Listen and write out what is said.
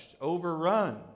overrun